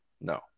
No